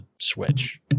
switch